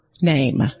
name